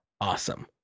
awesome